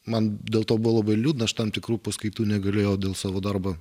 man dėl to buvo labai liūdna aš tam tikrų paskaitų negalėjau dėl savo darbo